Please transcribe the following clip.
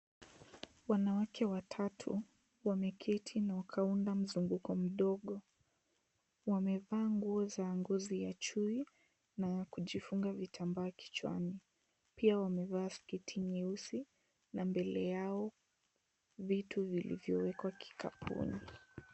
Wanawake watatu, wameketi na wakaunda mzunguko mdogo. Wamevaa nguo za ngozi ya chui, na kujifunga vitambaa kichwani. Pia wamevaa sketi nyeusi, na mbele yao vitu vilivyowekwa kikapuni.